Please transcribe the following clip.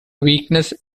weakness